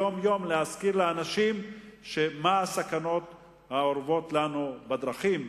יום-יום להזכיר לאנשים מה הסכנות האורבות לנו בדרכים,